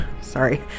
sorry